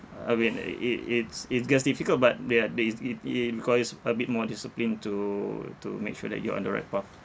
I mean uh it it's its gets difficult but there are there is it it requires a bit more discipline to to make sure that you're on the right path